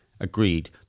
agreed